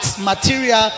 material